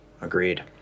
Agreed